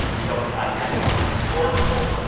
he hosts a podcast called the sporkful.